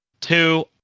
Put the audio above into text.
Two